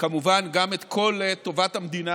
כמובן גם את כל טובת המדינה,